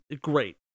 great